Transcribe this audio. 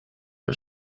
are